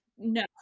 no